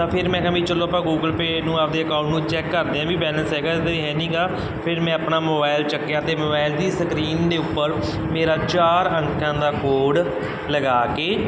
ਤਾਂ ਫਿਰ ਮੈਂ ਕਿਹਾ ਵੀ ਚਲੋ ਆਪਾਂ ਗੂਗਲ ਪੇਅ ਨੂੰ ਆਪਦੇ ਅਕਾਊਂਟ ਨੂੰ ਚੈੱਕ ਕਰਦੇ ਹਾਂ ਵੀ ਬੈਲੈਂਸ ਹੈਗਾ ਹੈ ਨਹੀਂ ਗਾ ਫਿਰ ਮੈਂ ਆਪਣਾ ਮੋਬਾਈਲ ਚੁੱਕਿਆ ਅਤੇ ਮੋਬਾਇਲ ਦੀ ਸਕਰੀਨ ਦੇ ਉੱਪਰ ਮੇਰਾ ਚਾਰ ਅੰਕਾਂ ਦਾ ਕੋਡ ਲਗਾ ਕੇ